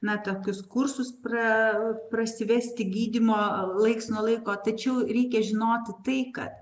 na tokius kursus pra prasivesti gydymo laiks nuo laiko tačiau reikia žinoti tai kad